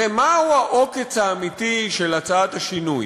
הרי מה הוא העוקץ האמיתי של הצעת השינוי?